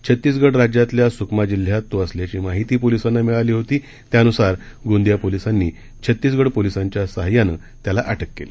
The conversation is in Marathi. छत्तीसगढ राज्यातल्या सुकमा जिल्ह्यात तो असल्याची माहीती पोलिसांना मिळाली होती त्यानुसार गोंदिया पोलिसांनी छत्तीसगढ पोलिसांच्या सहाय्यानं या त्याला अटक केली